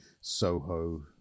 Soho